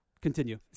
Continue